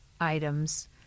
items